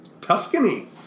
Tuscany